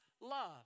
love